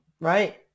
right